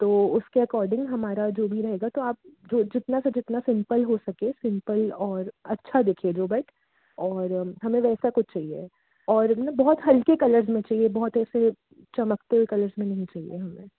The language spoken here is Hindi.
तो उसके अकोडिंग हमारा जो भी रहेगा तो आप जो जितना से जितना सिंपल हो सके सिंपल और अच्छा दिखे जो बट और हमें वैसा कुछ चहिए और एक न बहुत हल्के कलर्ज़ में चहिए बहुत ऐसे चमकते हुए कलर्स में नहीं चाहिए हमें